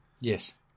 Yes